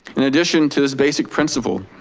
in addition to this basic principle,